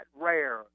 Rare